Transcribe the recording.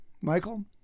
Michael